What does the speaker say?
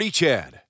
Chad